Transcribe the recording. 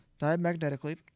diamagnetically